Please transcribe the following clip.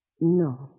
No